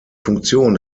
funktion